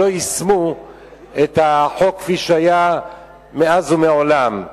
לא יישמו את החוק כפי שהיה מאז ומעולם.